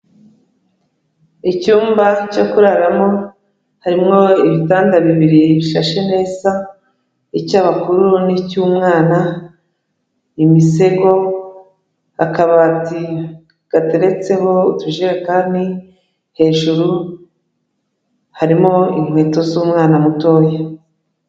Icyumba cyo kuraramo harimo ibitanda bibiri bishashe neza, icy'abakuru n'icy'umwana, imisego, akabati gateretseho utujekani, hejuru harimo inkweto z'umwana mutoya.